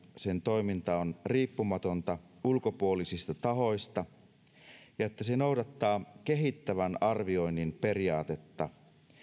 sen toiminta on riippumatonta ulkopuolisista tahoista ja että se noudattaa kehittävän arvioinnin periaatetta